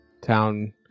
town